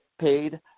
paid